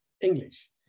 English